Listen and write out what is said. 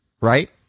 right